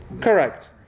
correct